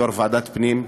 יו"ר ועדת הפנים,